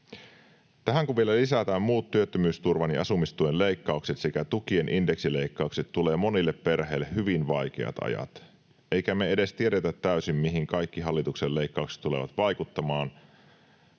Tähän kun vielä lisätään muut työttömyysturvan ja asumistuen leikkaukset sekä tukien indeksileikkaukset, tulee monille perheille hyvin vaikeat ajat, eikä me edes tiedetä täysin, mihin kaikki hallituksen leikkaukset tulevat vaikuttamaan,